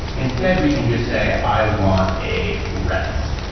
instead, we can just say, i want a redis,